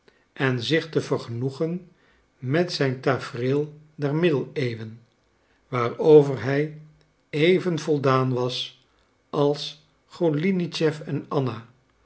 en zich te vergenoegen met zijn tafereel der middeleeuwen waarover hij even voldaan was als golinitschef en anna